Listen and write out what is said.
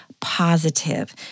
Positive